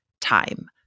time